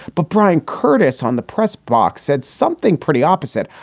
but bryan curtis on the press box said something pretty opposite.